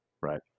right